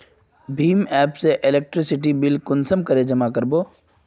भीम app से electricity bill कुंसम करे जमा कर बो?